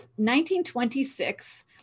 1926